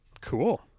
cool